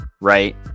right